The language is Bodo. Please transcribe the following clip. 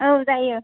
औ जायो